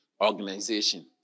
organization